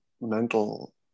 mental